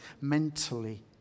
mentally